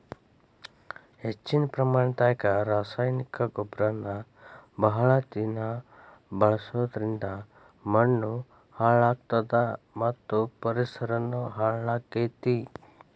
ಹೆಚ್ಚಿನ ಪ್ರಮಾಣದಾಗ ರಾಸಾಯನಿಕ ಗೊಬ್ಬರನ ಬಹಳ ದಿನ ಬಳಸೋದರಿಂದ ಮಣ್ಣೂ ಹಾಳ್ ಆಗ್ತದ ಮತ್ತ ಪರಿಸರನು ಹಾಳ್ ಆಗ್ತೇತಿ